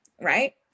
right